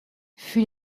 fut